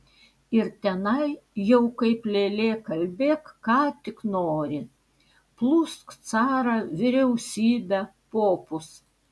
ir tenai jau kaip lėlė kalbėk ką tik nori plūsk carą vyriausybę popus